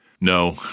No